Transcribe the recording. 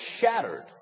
shattered